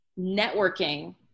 networking